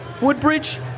Woodbridge